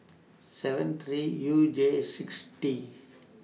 seven three U J six T